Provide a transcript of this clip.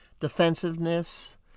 Defensiveness